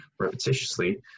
repetitiously